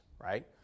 right